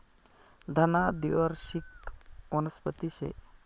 धना द्वीवार्षिक वनस्पती शे